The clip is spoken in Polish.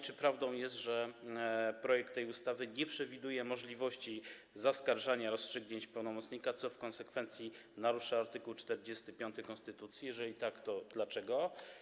Czy prawdą jest, że projekt tej ustawy nie przewiduje możliwości zaskarżania rozstrzygnięć pełnomocnika, co w konsekwencji narusza art. 45 konstytucji, jeżeli tak, to dlaczego?